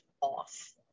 off